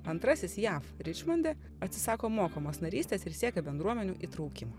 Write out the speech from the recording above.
antrasis jav ričmonde atsisako mokamos narystės ir siekia bendruomenių įtraukimo